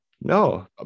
no